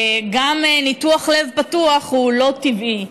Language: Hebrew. גם ניתוח לב פתוח הוא לא טבעי,